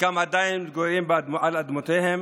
חלקם עדיין מתגוררים על אדמותיהם,